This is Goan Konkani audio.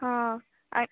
ह आ